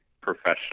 professional